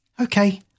Okay